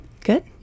Good